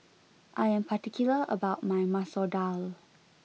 I am particular about my Masoor Dal